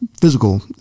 physical